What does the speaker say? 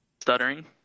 Stuttering